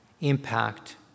impact